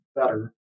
better